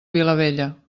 vilavella